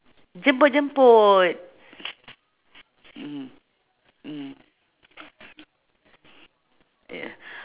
jemput jemput mm mm yeah